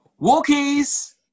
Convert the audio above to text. Walkies